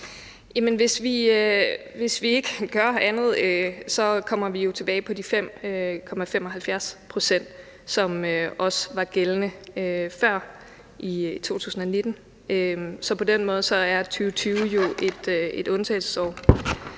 Hvis vi ikke gør andet, kommer vi jo tilbage på de 5,75 pct., som også var gældende i 2019. Så på den måde er 2020 jo et undtagelsesår.